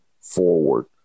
forward